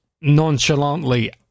nonchalantly